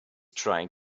trying